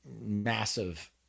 massive